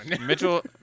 Mitchell